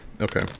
Okay